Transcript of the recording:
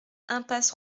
impasse